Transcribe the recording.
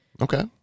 Okay